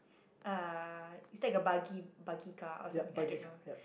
uh is like a buggy buggy car or something I don't know